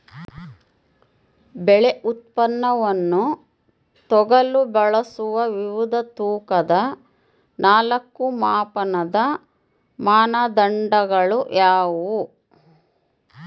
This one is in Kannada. ಬೆಳೆ ಉತ್ಪನ್ನವನ್ನು ತೂಗಲು ಬಳಸುವ ವಿವಿಧ ತೂಕದ ನಾಲ್ಕು ಮಾಪನದ ಮಾನದಂಡಗಳು ಯಾವುವು?